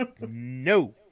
No